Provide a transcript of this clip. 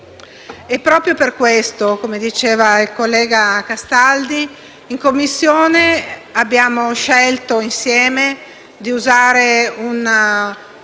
Proprio per questo, come diceva il collega Castaldi, in Commissione abbiamo scelto insieme di usare un